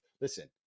Listen